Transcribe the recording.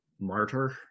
martyr